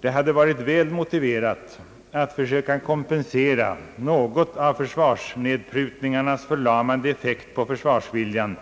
Det hade varit väl motiverat att försöka kompensera något av försvarsnedprutningarnas förlamande effekt på försvarsviljan